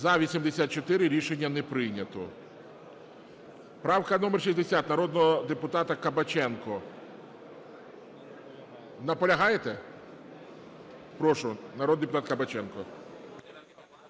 За-84 Рішення не прийнято. Правка номер 60, народного депутата Кабаченка. Наполягаєте? Прошу, народний депутат Кабаченко.